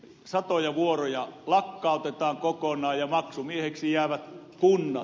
satoja vuoroja lakkautetaan kokonaan ja maksumiehiksi jäävät kunnat